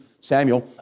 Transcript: Samuel